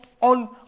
on